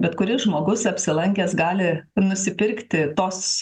bet kuris žmogus apsilankęs gali nusipirkti tos